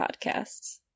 podcasts